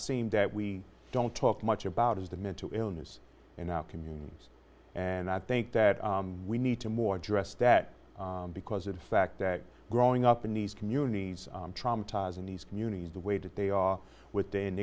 seems that we don't talk much about is the mental illness in our communities and i think that we need to more address that because of the fact that growing up in nice communities traumatizing these communities the way that they are with in